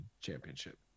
championship